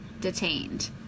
detained